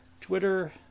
Twitter